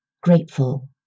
grateful